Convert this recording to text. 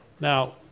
Now